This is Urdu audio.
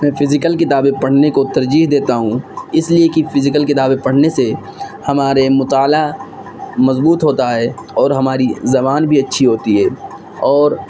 میں فزیکل کتابیں پڑھنے کو ترجیح دیتا ہوں اس لیے کہ فزیکل کتابیں پڑھنے سے ہمارے مطالعہ مضبوط ہوتا ہے اور ہماری زبان بھی اچّھی ہوتی ہے اور